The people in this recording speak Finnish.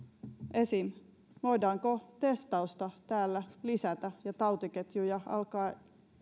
esimerkiksi voidaanko testausta täällä lisätä ja tautiketjuja alkaa